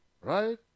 Right